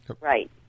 Right